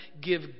give